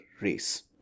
race